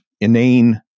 inane